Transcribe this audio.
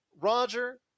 Roger